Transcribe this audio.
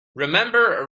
remember